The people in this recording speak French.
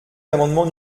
l’amendement